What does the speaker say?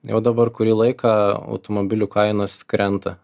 jau dabar kurį laiką automobilių kainos krenta